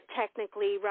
technically